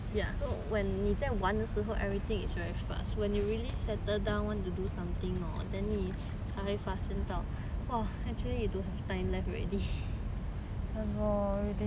everything is very fast when you really settle down want to do something hor then 你才发现到 !wah! actually don't have time left already